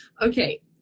Okay